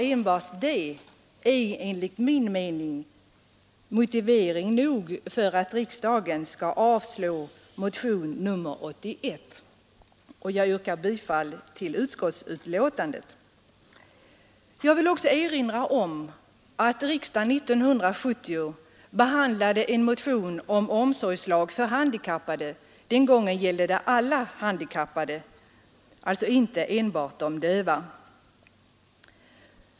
Enbart det är enligt min mening motivering nog för att riksdagen skall avslå motionen 81, och jag yrkar bifall till utskottets hemställan. Jag vill också erinra om att riksdagen 1970 behandlade en motion om omsorgslag för handikappade — den gången gällde det alla handikappade och alltså inte enbart de döva.